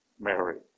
Mary